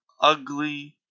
ugly